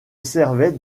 servait